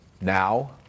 Now